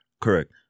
Correct